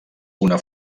una